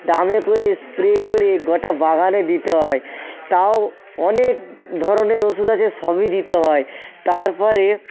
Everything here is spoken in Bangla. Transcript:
ড্রামে করে স্প্রে করে গোটা বাগানে দিতে হয় তাও অনেক ধরনের ওষুধ আছে সবই দিতে হয় তারপরে